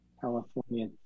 California